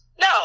no